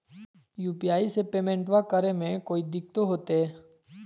UPI से पेमेंटबा करे मे कोइ दिकतो होते?